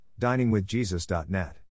DiningWithJesus.net